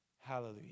Hallelujah